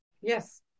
Yes